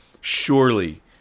Surely